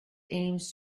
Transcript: aims